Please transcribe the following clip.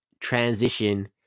transition